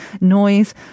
noise